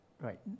Right